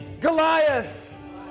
Goliath